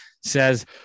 says